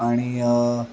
आणि